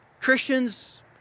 Christians